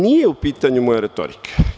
Nije u pitanju moja retorika.